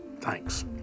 Thanks